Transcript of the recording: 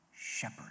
shepherd